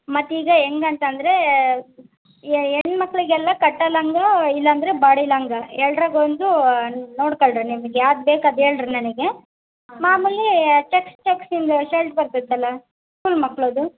ಮತ್ತೆ ಈಗ ಹೆಂಗಂತಂದ್ರೇ ಹೆಣ್ ಮಕ್ಳಿಗೆ ಎಲ್ಲ ಕಟ್ಟೊ ಲಂಗಾ ಇಲ್ಲಂದರೆ ಬಾಡಿ ಲಂಗ ಎಲ್ಡ್ರಾಗ ಒಂದೂ ನೋಡ್ಕಳ್ರಿ ನಿಮ್ಗೆ ಯಾವ್ದು ಬೇಕು ಅದು ಹೇಳ್ರಿ ನನಗೆ ಮಾಮುಲೀ ಚಕ್ಸ್ ಚಕ್ಸಿಂದ್ ಶಲ್ಟ್ ಬರ್ತೈತ್ತಲ್ಲ ಫುಲ್ ಮಕ್ಕಳದ್ದು